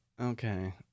Okay